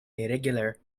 irregular